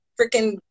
freaking